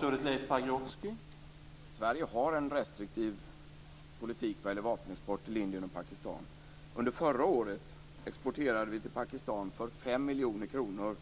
Herr talman! Sverige har en restriktiv politik för vapenexport till Indien och Pakistan. Under förra året exporterade vi till Pakistan för 5 miljoner kronor